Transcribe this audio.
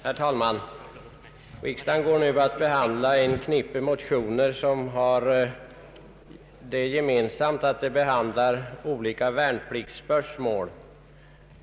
Herr talman! Riksdagen går nu att behandla ett antal motioner som har det gemensamt att de tar upp olika värnpliktsspörsmål.